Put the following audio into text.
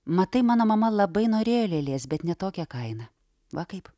matai mano mama labai norėjo lėlės bet ne tokia kaina va kaip